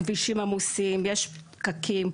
הכבישים עמוסים ויש פקקים,